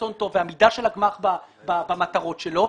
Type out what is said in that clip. רצון טוב ועמידה של הגמ"ח במטרות שלו.